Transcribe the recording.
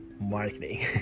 marketing